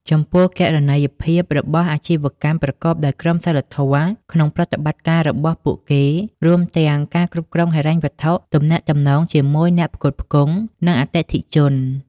ចំពោះគណនេយ្យភាពរបស់អាជីវកម្មប្រកបដោយក្រមសីលធម៌ក្នុងប្រតិបត្តិការរបស់ពួកគេ រួមទាំងការគ្រប់គ្រងហិរញ្ញវត្ថុ ទំនាក់ទំនងជាមួយអ្នកផ្គត់ផ្គង់ និងអតិថិជន។